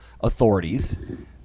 authorities